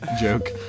joke